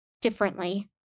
differently